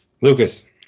Lucas